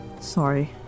Sorry